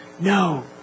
No